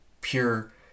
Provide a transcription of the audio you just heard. pure